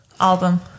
album